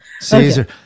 Caesar